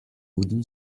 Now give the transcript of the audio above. wooden